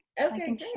okay